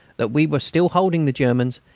that we were still holding the germans,